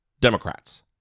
Democrats